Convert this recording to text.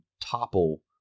topple